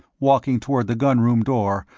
walking toward the gun-room door,